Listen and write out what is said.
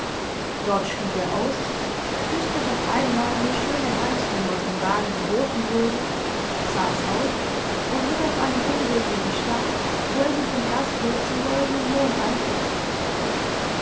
dort stieg er aus küßte noch einmal eine schöne hand die ihm aus dem wagen geboten wurde saß auf und ritt auf einem umweg in die stadt wo er sich im gasthof zum goldenen mond einquartierte